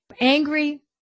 angry